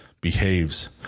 behaves